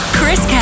Chris